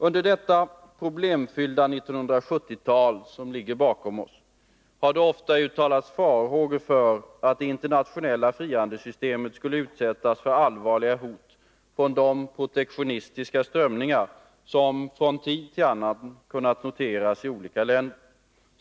Under detta problemfyllda 1970-tal har det ofta uttalats farhågor för att det internationella frihandelssystemet skulle utsättas för allvarliga hot från de protektionistiska strömningar som från tid till annan kunnat noteras i olika länder.